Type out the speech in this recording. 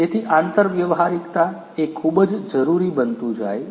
તેથી આંતર વ્યવહારિકતા એ ખુબ જ જરૂરી બનતું જાય છે